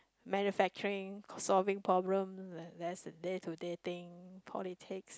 manufacturing co~ solving problem le~ less day to day things politics